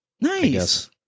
Nice